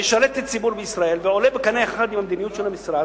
ישרת את הציבור בישראל ועולה בקנה אחד עם המדיניות של המשרד,